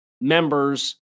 members